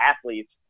athletes